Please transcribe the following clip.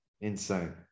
insane